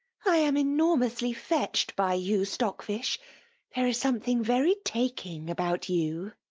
i am enormously fetched by you, stockfish there is something very taking about you.